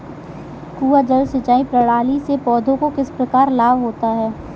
कुआँ जल सिंचाई प्रणाली से पौधों को किस प्रकार लाभ होता है?